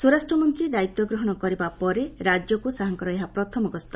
ସ୍ୱରାଷ୍ଟ୍ର ମନ୍ତ୍ରୀ ଦାୟିତ୍ୱ ଗ୍ରହଣ କରିବା ପରେ ରାଜ୍ୟକୁ ଶାହାଙ୍କର ଏହା ପ୍ରଥମ ଗସ୍ତ